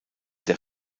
der